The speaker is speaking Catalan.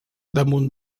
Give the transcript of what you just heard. damunt